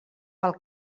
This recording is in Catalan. pel